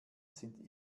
sind